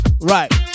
Right